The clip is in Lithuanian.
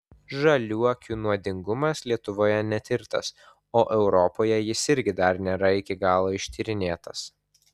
žaliuokių nuodingumas lietuvoje netirtas o europoje jis irgi dar nėra iki galo ištyrinėtas